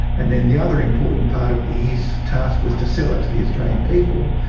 and then the other important part of his task was to sell it to the australian people,